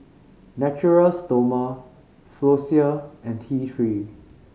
Natura Stoma Floxia and T Three